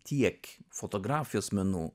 tiek fotografijos menų